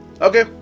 okay